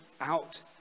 out